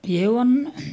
ఏవన్నా